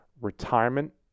retirement